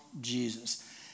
Jesus